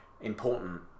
important